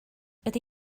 ydy